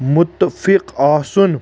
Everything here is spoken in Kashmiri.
مُتفِق آسُن